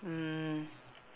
mm